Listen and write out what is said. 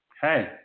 hey